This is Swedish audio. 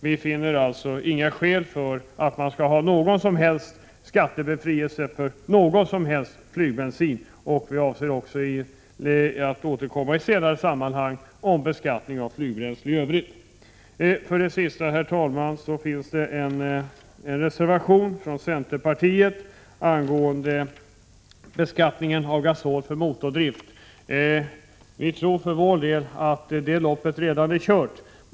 Vi finner alltså inga skäl till att man skall ha någon som helst skattebefrielse för flygbensin. Vi avser också att återkomma i senare Herr talman! Det föreligger en reservation från centerpartiet angående beskattningen av gasol för motordrift. Vi tror för vår del att det loppet redan är kört.